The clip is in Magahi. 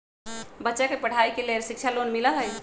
बच्चा के पढ़ाई के लेर शिक्षा लोन मिलहई?